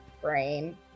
brain